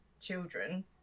children